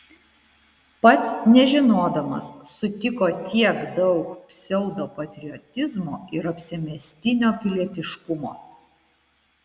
pats nežinodamas sutiko tiek daug pseudopatriotizmo ir apsimestinio pilietiškumo